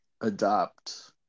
adopt